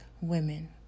women